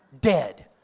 Dead